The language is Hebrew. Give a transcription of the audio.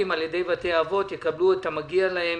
על ידי בתי האבות יקבלו את המגיע להם,